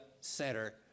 center